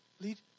lead